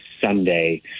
Sunday